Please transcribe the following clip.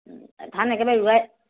ওম ধান একেবাৰে ৰুৱাই